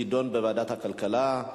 ההצעה תידון בוועדת הכלכלה.